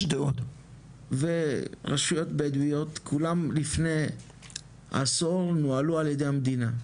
שדרות ורשויות בדואיות כולם לפני עשור נוהלו ע"י המדינה,